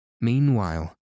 Meanwhile